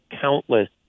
countless